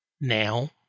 now